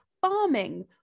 farming